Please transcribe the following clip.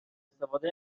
استفاده